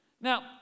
Now